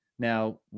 Now